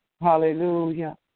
Hallelujah